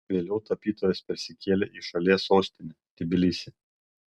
vėliau tapytojas persikėlė į šalies sostinę tbilisį